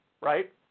right